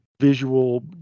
visual